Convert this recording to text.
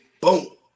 Boom